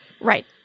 Right